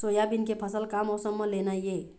Soybean के फसल का मौसम म लेना ये?